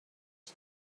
els